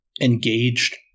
engaged